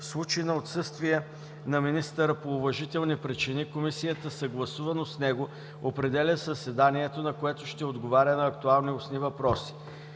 В случай на отсъствие на министъра по уважителни причини комисията съгласувано с него определя заседанието, на което ще отговаря на актуални устни въпроси.